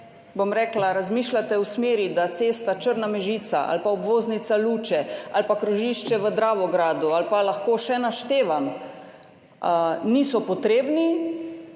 ja, če razmišljate v smeri, da cesta Črna–Mežica ali pa obvoznica Luče ali pa krožišče v Dravogradu, lahko še naštevam, niso potrebni,